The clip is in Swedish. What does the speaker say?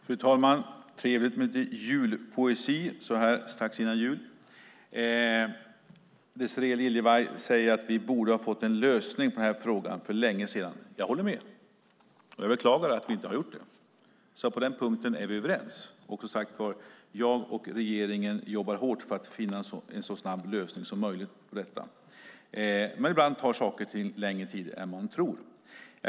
Fru talman! Det är trevligt med lite julpoesi så här strax före jul. Désirée Liljevall säger att vi borde ha fått en lösning på den här frågan för länge sedan. Jag håller med. Jag beklagar att vi inte fått en lösning. På den punkten är vi överens. Som sagt jobbar jag och regeringen hårt för att finna en så snabb lösning som möjligt på detta. Men ibland tar saker och ting längre tid än man tror.